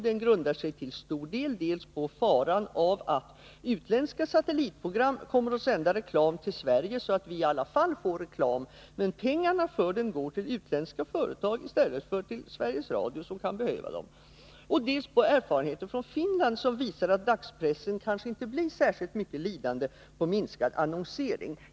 Den grundade sig i stor utsträckning på dels faran av att utländska satellitprogram kommer att sända reklam till Sverige, så att vi i alla fall får reklam, men pengarna för den reklamen går då till utländska företag i stället för till Sveriges Radio, som kan behöva dem, dels på erfarenheter från Finland vilka visar att dagspressen kanske inte blir särskilt mycket lidande på minskad annonsering.